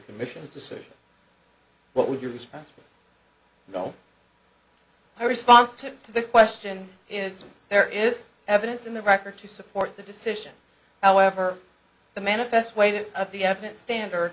commission's decision what would your response no response to the question is there is evidence in the record to support the decision however the manifest weight of the evidence standard